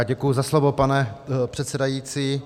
Děkuji za slovo, pane předsedající.